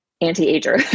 anti-ager